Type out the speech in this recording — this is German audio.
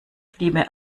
liebe